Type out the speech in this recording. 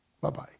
bye-bye